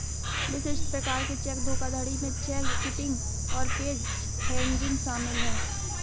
विशिष्ट प्रकार के चेक धोखाधड़ी में चेक किटिंग और पेज हैंगिंग शामिल हैं